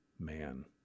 man